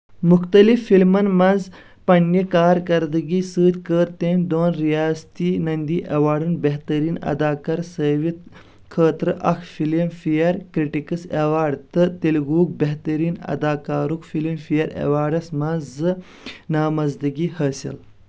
مختلف فلمَن منٛز پننہِ کارکردٕگی سۭتۍ کٔر تٔمۍ دۄن ریاستی نندی ایواڑن، بہترین اداکار سٲوِتھ خٲطرٕ اکھ فلم فیر کرِٹکس ایواڑ ، تہٕ تیلگوُک بہترین اداکارُک فلم فیر ایواڑَس منٛز زٕ نامزدگی حٲصِل